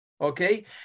Okay